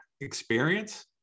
experience